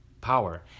power